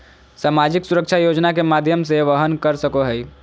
सामाजिक सुरक्षा योजना के माध्यम से वहन कर सको हइ